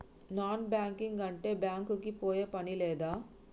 Non banking అంటే bank కి పోయే పని లేదా?